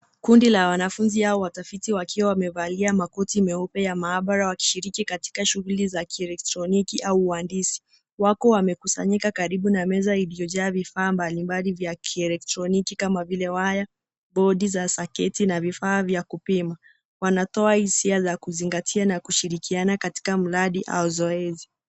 Kundi la wanafunzi hawa watafiti wakiwa wamevalia makoti meupe ya maabara wakishirini katika shughuli za kielekroniki au uandisi wako wamekusanyika karibu na meza iliyojaa vifaa mbali mbali vya kielektroniki. kama vile waya. Bodi za saketi na vifaa vya kupima wanatoa hisia za kuzingatiana na kushirikiana katika mradi au zoezi